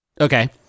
Okay